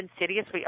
insidious